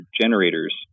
generators